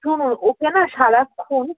শুনুন ওকে না সারাক্ষণ